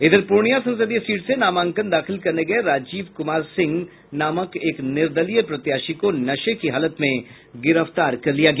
इधर पूर्णिया संसदीय सीट से नामांकन दाखिल करने गये राजीव कुमार सिंह नामक एक निर्दलीय प्रत्याशी को नशे की हालत में गिरफ्तार कर लिया गया